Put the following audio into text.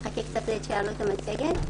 והמידע של הכנסת.